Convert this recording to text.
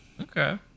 Okay